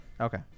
Okay